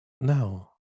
no